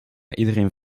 iedereen